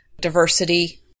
diversity